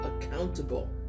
accountable